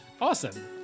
Awesome